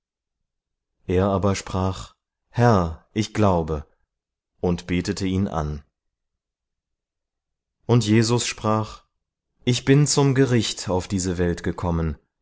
er aber sprach herr ich glaube und betete ihn an und jesus sprach ich bin zum gericht auf diese welt gekommen